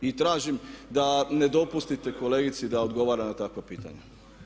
I tražim da ne dopustite kolegici da odgovara na takva pitanja.